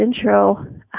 intro